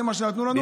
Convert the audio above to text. זה מה שנתנו לנו.